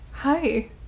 Hi